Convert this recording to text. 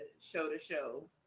show-to-show